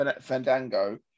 Fandango